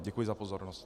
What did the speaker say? Děkuji za pozornost.